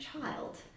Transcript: child